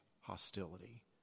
hostility